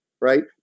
right